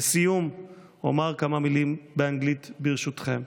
לסיום אומר כמה מילים באנגלית, ברשותכם.